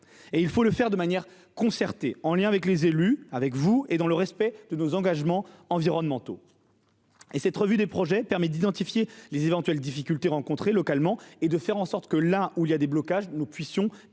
Il faut le faire de manière concertée, en lien avec vous, les élus, et dans le respect de nos engagements environnementaux. Cette revue des projets permet également d'identifier les éventuelles difficultés rencontrées localement et de faire en sorte que, là où il y a des blocages, nous puissions y remédier.